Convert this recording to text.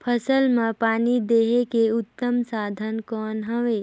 फसल मां पानी देहे के उत्तम साधन कौन हवे?